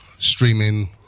Streaming